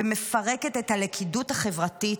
ומפרקת את הלכידות החברתית,